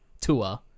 tour